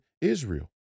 Israel